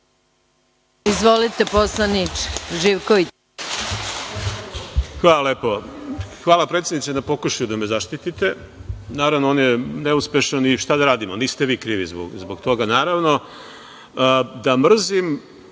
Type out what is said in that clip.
Hvala. Izvolite, poslaniče Živkoviću. **Zoran Živković** Hvala predsednice na pokušaju da me zaštitite. Naravno, on je neuspešan i, šta da radimo, niste vi krivi zbog toga, naravno. Da mrzim,